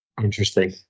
Interesting